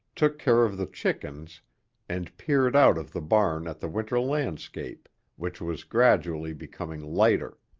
took care of the chickens and peered out of the barn at the winter landscape which was gradually becoming lighter.